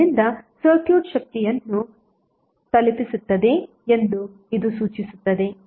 ಆದ್ದರಿಂದ ಸರ್ಕ್ಯೂಟ್ ಶಕ್ತಿಯನ್ನು ತಲುಪಿಸುತ್ತಿದೆ ಎಂದು ಇದು ಸೂಚಿಸುತ್ತದೆ